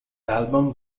album